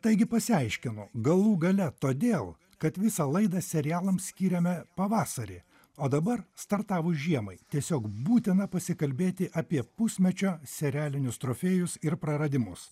taigi pasiaiškinu galų gale todėl kad visą laidą serialams skyrėme pavasarį o dabar startavus žiemai tiesiog būtina pasikalbėti apie pusmečio serialinius trofėjus ir praradimus